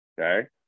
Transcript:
Okay